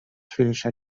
finished